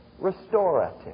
restorative